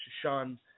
Sean